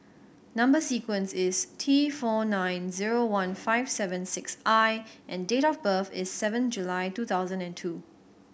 number sequence is T four nine zero one five seven six I and date of birth is seven July two thousand and two